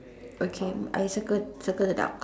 okay I circle circle the duck